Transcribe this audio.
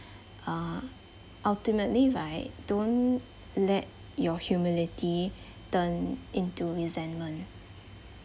uh ultimately right don't let your humility turn into resentment